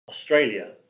Australia